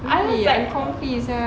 comfy sia